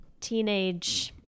teenage